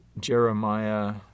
Jeremiah